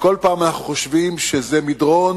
וכל פעם אנחנו חושבים שזה מדרון